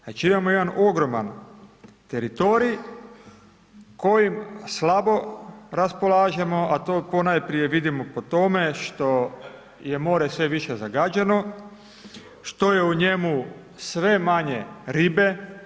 Znači imamo jedan ogroman teritorij kojim slabo raspolažemo a to ponajprije vidimo po tome što je more sve više zagađeno, što je u njemu sve manje ribe.